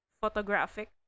photographic